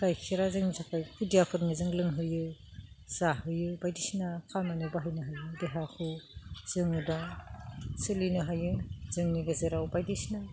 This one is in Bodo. गाइखेरा जोंनि थाखाय खुदियाफोरनो जों लोंहोयो जाहोयो बायदिसिना खामानियाव बाहायनो हायो देहाखौ जोङो दा सोलिनो हायो जोंनि गेजेराव बायदिसिना